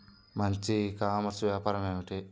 మంచి e commerce వ్యాపారం ఏమిటీ?